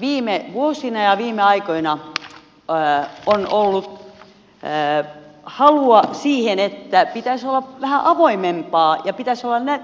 viime vuosina ja viime aikoina on ollut halua siihen että pitäisi olla vähän avoimempaa ja